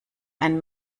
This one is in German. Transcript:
ein